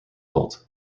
bolt